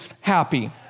happy